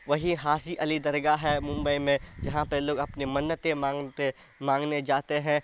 وہیں حاجی علی درگاہ ہے ممبئی میں جہاں پہ لوگ اپنی منتیں مانگتے مانگنے جاتے ہیں